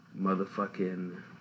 motherfucking